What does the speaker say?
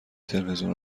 تلویزیون